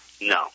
No